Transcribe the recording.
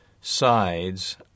sides